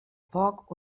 poc